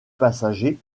passagers